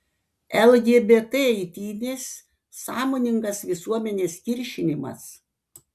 lgbt eitynės sąmoningas visuomenės kiršinimas